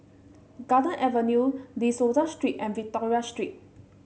Garden Avenue De Souza Street and Victoria Street